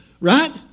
Right